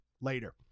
later